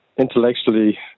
Intellectually